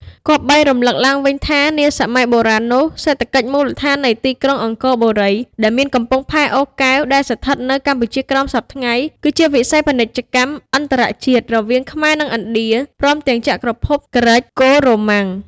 គប្បីរំលឹកឡើងវិញថានាសម័យបុរាណនោះ សេដ្ឋកិច្ចមូលដ្ឋាននៃទីក្រុង អង្គរបូរី ដែលមានកំពង់ផែអូរកែវ ដែលស្ថិតនៅកម្ពុជាក្រោមសព្វថ្ងៃ គឺជាវិស័យ ពាណិជ្ជកម្មអន្តរជាតិ រវាងខ្មែរនឹងឥណ្ឌា ព្រមទាំងចក្រភព ហ្គ្រិចកូ-រ៉ូម៉ាំង ។